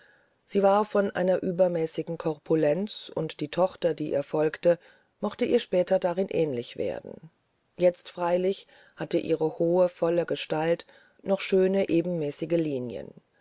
sie war von einer übermäßigen korpulenz und die tochter die ihr folgte mochte ihr später darin ähnlich werden jetzt freilich hatte ihre hohe volle gestalt noch schöne ebenmäßige linien